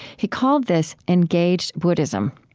he called this engaged buddhism.